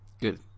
Good